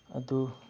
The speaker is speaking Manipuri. ꯑꯗꯨ